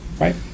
right